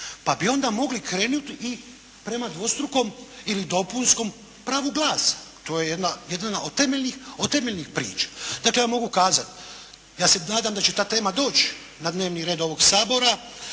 Pa bi onda mogli krenuti i prema dvostrukom ili dopunskom pravu glasa. To je jedna, jedna od temeljnih priča. Dakle ja mogu kazati ja se nadam da će ta tema doći na dnevni red ovog Sabora